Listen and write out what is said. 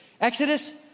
Exodus